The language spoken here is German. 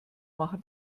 machen